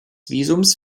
visums